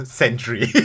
century